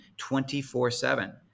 24-7